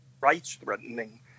rights-threatening